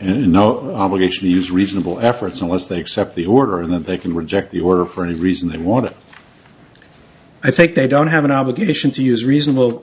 in no obligation to use reasonable efforts unless they accept the order and that they can reject the order for any reason they want to i think they don't have an obligation to use reasonable